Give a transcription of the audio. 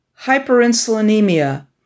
hyperinsulinemia